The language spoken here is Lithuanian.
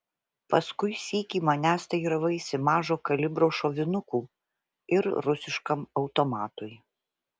paskui sykį manęs teiravaisi mažo kalibro šovinukų ir rusiškam automatui